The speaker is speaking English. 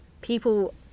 people